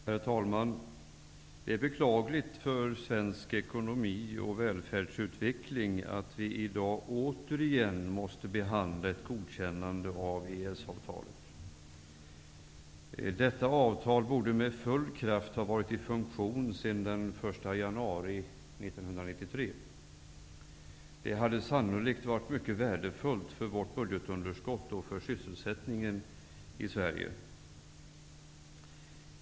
Herr talman! Det är beklagligt för svensk ekonomi och välfärdsutveckling, att vi i dag återigen måste behandla ett godkännande av EES-avtalet. Detta avtal borde med full kraft ha varit i funktion sedan den 1 januari 1993. Det hade sannolikt varit mycket värdefullt för vårt budgetunderskott och vår sysselsättning i Sverige.